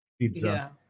pizza